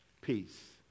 Peace